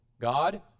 God